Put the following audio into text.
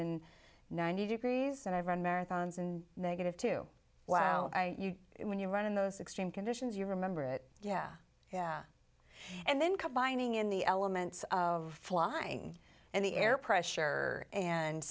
in ninety degrees and i've run marathons in negative two wow when you run in those extreme conditions you remember it yeah yeah and then combining in the elements of flying and the air pressure and